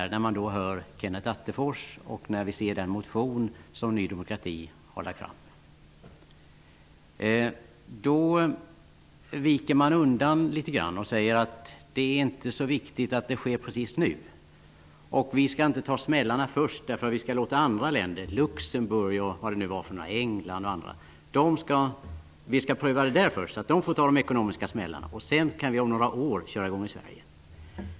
Det framkommer när man hör Kenneth Attefors och ser den motion som Ny demokrati har väckt. Man viker undan litet grand och säger att det inte är så viktigt att avregleringen sker precis nu. Vi skall inte ta smällarna först. Vi skall låta andra länder, Luxemburg, England och andra, pröva först, så att de får ta de ekonomiska smällarna. Sedan kan vi om några år köra i gång i Sverige.